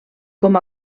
com